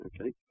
okay